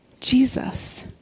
Jesus